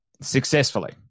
successfully